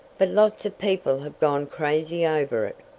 but lots of people have gone crazy over it.